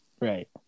right